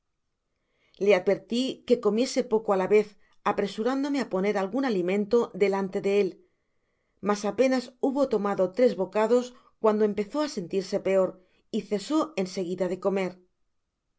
le adverti que comiese poco á la vez are surándome á poner algun alimento delante de él ñas apenas hubo tomado tres bocados cuando empezó á eatirse peor y cesé en seguida de comer